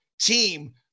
team